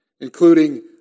Including